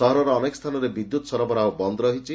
ସହରର ଅନେକ ସ୍ତାନରେ ବିଦ୍ୟୁତ ସରବରାହ ବନ୍ଦ ରହିଛି